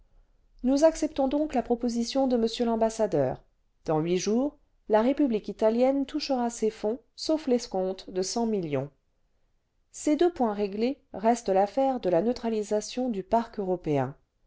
nous acceptons donc la proposition de m l'ambassadeur dans huit jours la république italienne touchera ses fonds sauf l'escompte de cent millions ces deux points réglés reste l'affaire de la neutralisation du parc européen